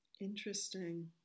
Interesting